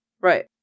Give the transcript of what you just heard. Right